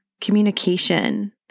Communication